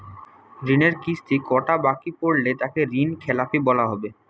ঋণের কিস্তি কটা বাকি পড়লে তাকে ঋণখেলাপি বলা হবে?